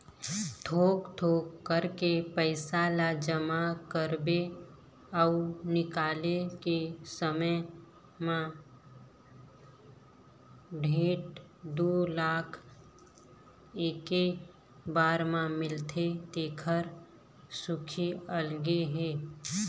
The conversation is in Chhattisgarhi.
थोक थोक करके पइसा ल जमा करबे अउ निकाले के समे म डेढ़ दू लाख एके बार म मिलथे तेखर खुसी अलगे हे